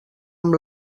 amb